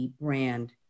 brand